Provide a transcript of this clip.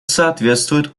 соответствует